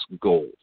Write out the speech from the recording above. goals